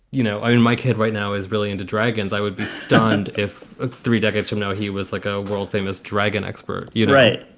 you know, i in my head right now is really into dragons. i would be stunned if ah three decades from now he was like a world famous dragon expert you right?